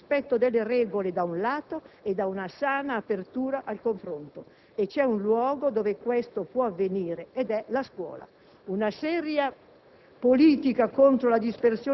L'unica opportunità è data dal rispetto delle regole e da una sana apertura al confronto. C'è un luogo dove questo può avvenire: la scuola. Una seria